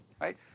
right